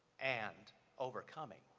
and overcoming.